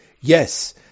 Yes